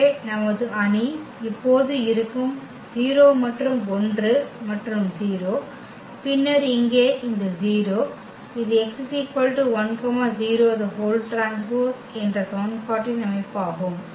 எனவே நமது அணி இப்போது இருக்கும் 0 மற்றும் 1 மற்றும் 0 பின்னர் இங்கே இந்த 0 இது x 1 0T என்ற சமன்பாட்டின் அமைப்பாகும்